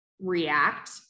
react